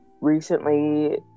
recently